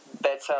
better